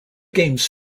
games